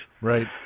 Right